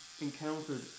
encountered